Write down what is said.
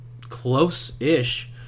close-ish